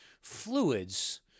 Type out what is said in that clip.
fluids